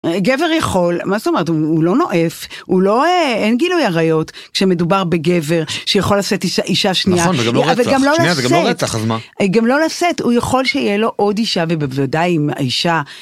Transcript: גבר יכול מה זאת אומרת הוא לא נועף הוא לא אין גילוי עריות, שמדובר בגבר שיכול לשאת אישה שנייה וגם לא לשאת גם לא לשאת הוא יכול שיהיה לו עוד אישה ובוודאי עם האישה.